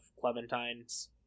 clementine's